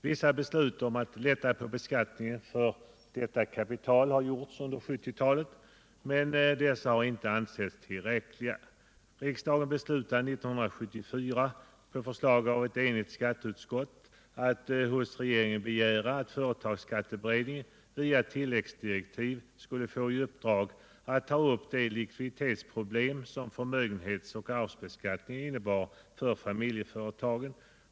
Vissa beslut om att lätta beskattningen av detta kapital har gjorts under 1970-talet, men dessa har inte ansetts tillräckliga. Riksdagen beslutade 1974, på förslag av ett enigt skatteutskott, att hos regeringen begära att företagsskatteberedningen via tilläggsdirektiv skulle få i uppdrag att ta upp de likviditetsproblem som förmögenhets och arvsbeskattningen innebär för familjeföretagen.